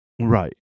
Right